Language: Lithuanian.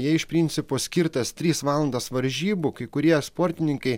jie iš principo skirtas tris valandas varžybų kai kurie sportininkai